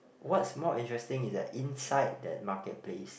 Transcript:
what's more interesting is that inside that market place